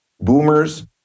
Boomers